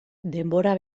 denbora